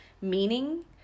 meaning